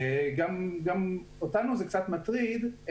גם אותנו זה קצת מטריד.